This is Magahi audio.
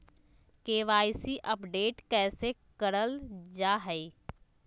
के.वाई.सी अपडेट कैसे करल जाहै?